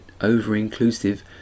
over-inclusive